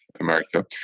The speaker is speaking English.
America